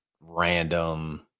random